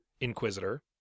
inquisitor